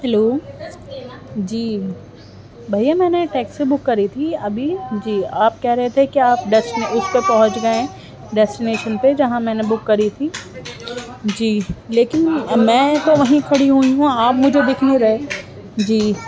hello جی بھیا میں نے ٹیسکی بک کری تھی ابھی جی آپ کہہ رہے تھے کہ آپ ڈس اس پہ پہنچ گئے ہیں ڈسٹینیسن پہ جہاں میں نے بک کری تھی جی لیکن میں تو وہیں کھڑی ہوئی ہوں آپ مجھے دکھ نہیں رہے جی